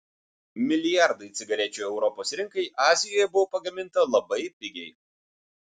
milijardai cigarečių europos rinkai azijoje buvo pagaminta labai pigiai